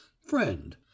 friend